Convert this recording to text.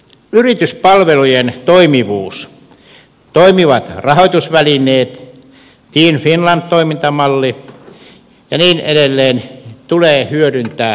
yrityspalvelujen toimivuus toimivat rahoitusvälineet team finland toimintamalli ja niin edelleen tulee hyödyntää täysimääräisesti